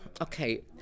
Okay